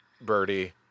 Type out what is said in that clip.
Birdie